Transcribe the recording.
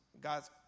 God's